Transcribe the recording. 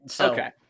Okay